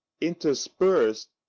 interspersed